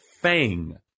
FANG